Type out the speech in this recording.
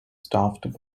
staffed